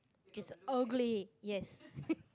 which is !ugly! yes